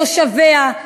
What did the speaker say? תושביה,